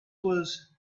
was